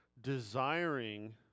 desiring